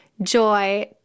joy